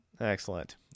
excellent